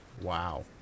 Wow